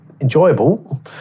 enjoyable